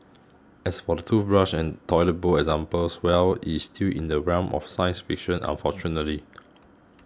as for the toothbrush and toilet bowl examples well it's still in the realm of science fiction unfortunately